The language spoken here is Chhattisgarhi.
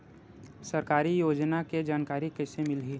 सरकारी योजना के जानकारी कइसे मिलही?